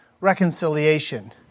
reconciliation